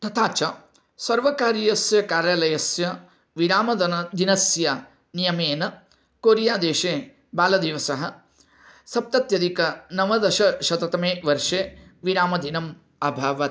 तथा च सर्वकारीयस्य कार्यालयस्य विरामदिनस्य नियमेन कोरियादेशे बालदिवसः सप्तत्यधिकनवदशशततमे वर्षे विरामदिनम् अभवत्